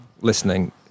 listening